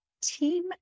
team